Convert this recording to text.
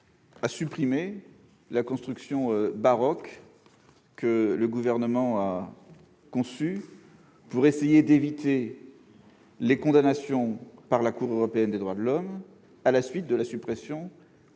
de supprimer la construction baroque que le Gouvernement a conçue pour essayer d'éviter les condamnations par la Cour européenne des droits de l'homme à la suite de la suppression